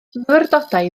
myfyrdodau